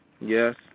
Yes